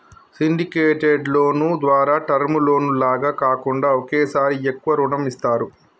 syndicated loan ద్వారా term loan లాగా కాకుండా ఒకేసారి ఎక్కువ రుణం ఇస్తారు